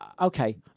Okay